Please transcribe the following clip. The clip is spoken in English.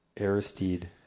Aristide